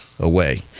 Away